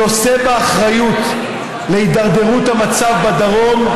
שנושא באחריות להידרדרות המצב בדרום,